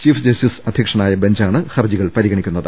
chief justice അധ്യക്ഷനായ ബെഞ്ചാണ് ഹർജികൾ പരി ഗണിക്കുന്നത്